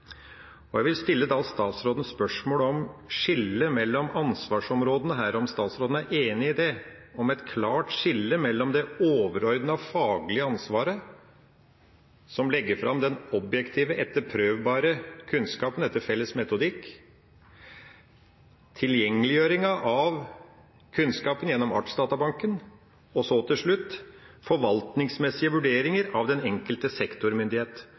naturforvaltning. Jeg vil da stille statsråden spørsmål om skillet mellom ansvarsområdene her, om statsråden er enig i det, om et klart skille mellom det overordnede faglige ansvaret, hvor man legger fram den objektive, etterprøvbare kunnskapen etter felles metodikk, tilgjengeliggjøringa av kunnskapen gjennom Artsdatabanken og – til slutt – de forvaltningsmessige vurderinger knyttet til den enkelte sektormyndighet.